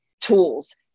tools